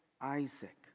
Isaac